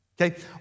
Okay